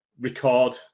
record